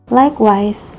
likewise